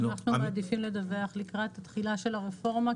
אנחנו מעדיפים לדווח לקראת תחילתה של הרפורמה,